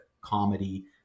comedy